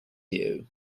you